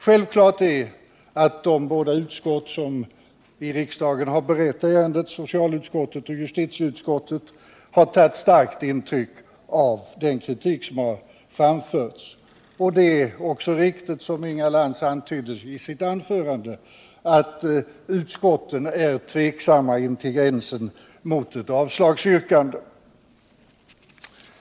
Självklart är att de båda utskott som i riksdagen har berett ärendet, socialutskottet och justitieutskottet, har tagit starkt intryck av den kritik som framförts. Det är också riktigt, som Inga Lantz antydde i sitt anförande, att utskotten är tveksamma intill gränsen av ett avstyrkande.